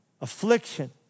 Affliction